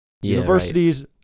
Universities